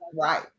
right